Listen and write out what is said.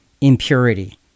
impurity